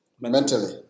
mentally